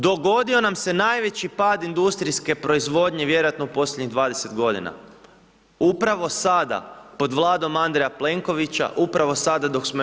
Dogodio nam se najveći pad industrijske proizvodnje vjerojatno u posljednjih 20 godina, upravo sada pod Vladom Andreja Plenkovića, upravo sada dok smo u EU.